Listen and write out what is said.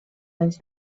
anys